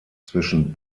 zwischen